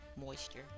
moisture